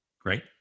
Great